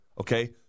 okay